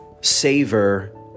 savor